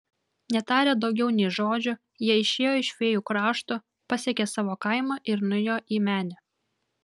netarę daugiau nė žodžio jie išėjo iš fėjų krašto pasiekė savo kaimą ir nuėjo į menę